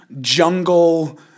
jungle